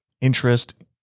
interest